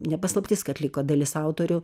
ne paslaptis kad liko dalis autorių